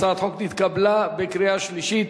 הצעת החוק נתקבלה בקריאה שלישית,